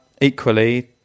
equally